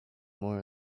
more